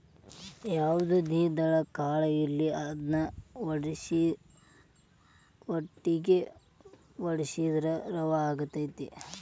ಯಾವ್ದ ಏಕದಳ ಕಾಳ ಇರ್ಲಿ ಅದ್ನಾ ಉಟ್ಟಂಗೆ ವಡ್ಸಿದ್ರ ರವಾ ಸಿಗತೈತಿ